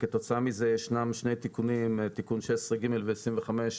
וכתוצאה מזה ישנם שני תיקונים: תיקון 16(ג) ו-25,